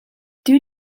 due